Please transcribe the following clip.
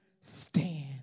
stand